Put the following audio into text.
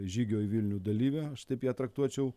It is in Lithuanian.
žygio į vilnių dalyvė aš taip ją traktuočiau